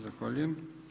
Zahvaljujem.